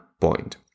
point